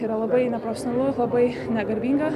yra labai neprofesionalu labai negarbinga